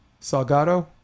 Salgado